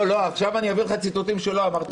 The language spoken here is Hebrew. לא, עכשיו אני אביא לך ציטוטים שלא אמרתי